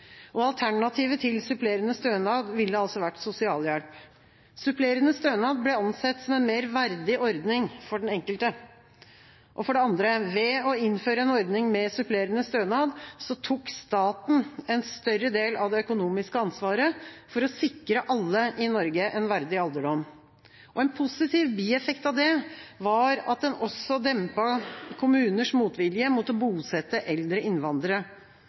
Alternativet til supplerende stønad ville vært sosialhjelp. Supplerende stønad ble ansett som en mer verdig ordning for den enkelte. For det andre: Ved å innføre en ordning med supplerende stønad tok staten en større del av det økonomiske ansvaret for å sikre alle i Norge en verdig alderdom. En positiv bieffekt av det var at en også dempet kommuners motvilje mot å bosette eldre innvandrere.